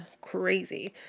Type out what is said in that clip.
crazy